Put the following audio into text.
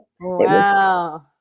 Wow